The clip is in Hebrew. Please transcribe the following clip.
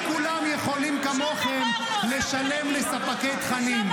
לא כולם יכולים כמוכם לשלם לספקי תכנים.